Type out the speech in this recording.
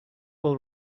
will